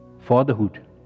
Fatherhood